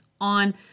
on